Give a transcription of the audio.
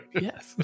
Yes